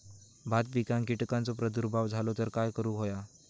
भात पिकांक कीटकांचो प्रादुर्भाव झालो तर काय करूक होया?